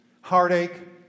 heartache